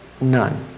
None